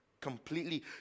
completely